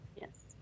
Yes